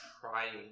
trying